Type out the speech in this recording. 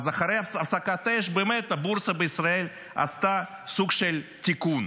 אז אחרי הפסקת האש באמת הבורסה בישראל עשתה סוג של תיקון.